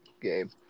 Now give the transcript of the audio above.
game